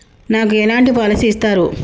నాకు ఎలాంటి పాలసీ ఇస్తారు?